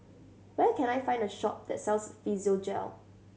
where can I find a shop that sells Physiogel